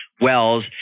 wells